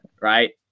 right